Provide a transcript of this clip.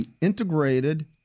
integrated